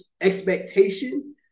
expectation